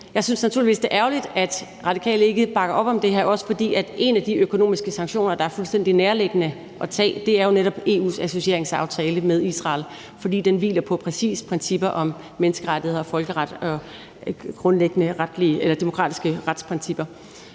Jeg synes naturligvis, at det er ærgerligt, at Radikale ikke bakker op om det her, også fordi en af de økonomiske sanktioner, der er fuldstændig nærliggende at lave, netop er EU's associeringsaftale med Israel. For den hviler præcis på principper om menneskerettigheder, folkeretten